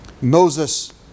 Moses